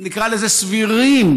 נקרא לזה, סבירים,